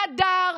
נדר,